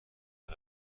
تری